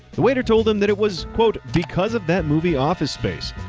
the waiter told them that it was quote, because of that movie office space.